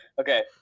Okay